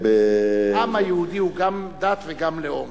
העם היהודי הוא גם דת וגם לאום.